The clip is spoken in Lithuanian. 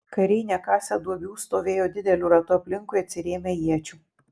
kariai nekasę duobių stovėjo dideliu ratu aplinkui atsirėmę iečių